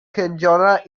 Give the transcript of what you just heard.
kędziora